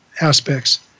aspects